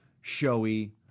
showy